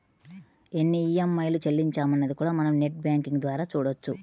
ఎన్ని ఈఎంఐలు చెల్లించామన్నది కూడా మనం నెట్ బ్యేంకింగ్ ద్వారా చూడొచ్చు